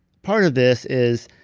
part of this is,